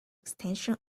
extension